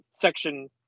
section